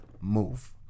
move